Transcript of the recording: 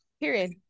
Period